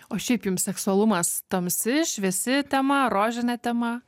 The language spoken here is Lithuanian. o šiaip jums seksualumas tamsi šviesi tema rožinė tema